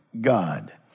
God